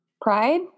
Pride